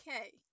Okay